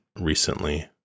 recently